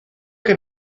que